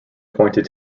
appointed